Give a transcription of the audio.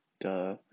Duh